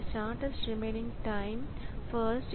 இந்த shortest remaining time first